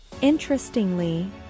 Interestingly